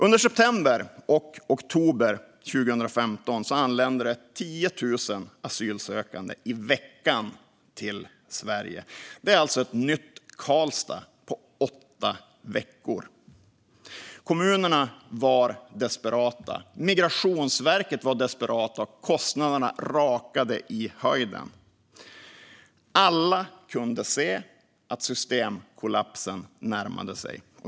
Under september och oktober 2015 anlände 10 000 asylsökande i veckan till Sverige. Det är alltså ett nytt Karlstad på åtta veckor. Kommunerna var desperata. Migrationsverket var desperat. Kostnaderna rakade i höjden, och alla kunde se systemkollapsen närma sig.